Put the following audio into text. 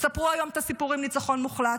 אז תספרו היום את הסיפור על ניצחון מוחלט,